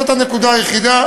זאת הנקודה היחידה.